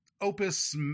opus